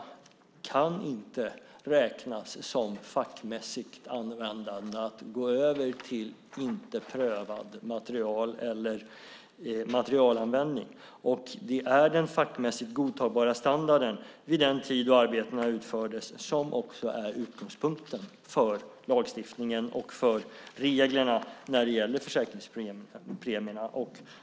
Det kan inte räknas som fackmässigt användande att gå över till inte prövat material eller materialanvändning. Det är den fackmässigt godtagbara standarden vid den tid då arbetet utfördes som är utgångspunkten för lagstiftningen och för reglerna när det gäller försäkringspremierna.